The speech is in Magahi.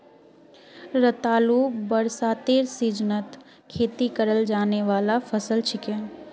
रतालू बरसातेर सीजनत खेती कराल जाने वाला फसल छिके